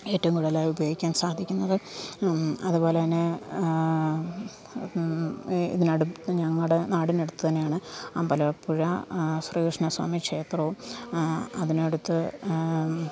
ഏറ്റവും കൂടുതലായി ഉപയോഗിക്കാൻ സാധിക്കുന്നത് അതുപോലെ തന്നെ ഇതിനടുത്ത് ഞങ്ങളുടെ നാടിന് അടുത്ത് തന്നെയാണ് അമ്പലപ്പുഴ ശ്രീകൃഷ്ണസ്വാമി ക്ഷേത്രവും അതിനടുത്ത്